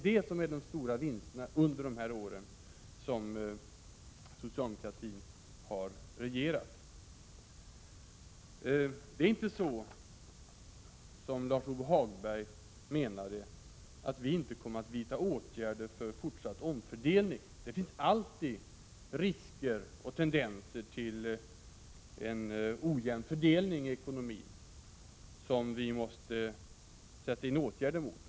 Detta är de stora vinsterna under de år som socialdemokraterna har regerat. Det är inte så som Lars-Ove Hagberg menade, att vi inte kommer att vidta några åtgärder för en fortsatt omfördelning. Det finns alltid risker och tendenser till en ojämn fördelning i ekonomin som vi måste sätta in åtgärder mot.